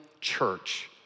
church